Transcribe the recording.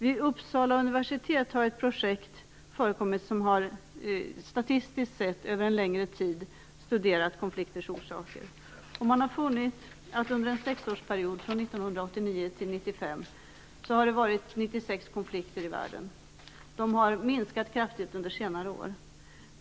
Vid Uppsala universitet har ett projekt statistiskt över en längre tid studerat konflikters orsaker. Man har funnit att under en sexårsperiod, från 1989 till 1995, har det varit 96 konflikter i världen - de har minskat kraftigt under senare år.